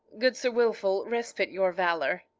good sir wilfull, respite your valour.